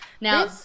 Now